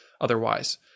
otherwise